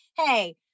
Hey